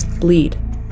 bleed